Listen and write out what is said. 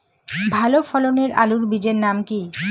ভালো ফলনের আলুর বীজের নাম কি?